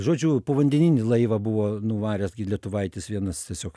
žodžiu povandeninį laivą buvo nuvaręs gi lietuvaitis vienas tiesiog